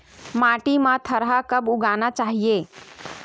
माटी मा थरहा कब उगाना चाहिए?